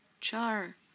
Char